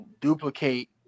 duplicate